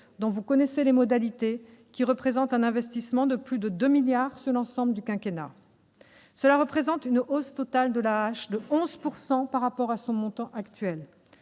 dont vous connaissez les modalités. Elle représente un investissement de plus de 2 milliards d'euros sur l'ensemble du quinquennat. Cela représente une hausse totale de l'AAH de 11 % par rapport à son montant actuel.